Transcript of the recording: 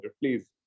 please